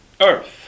earth